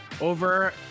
over